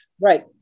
Right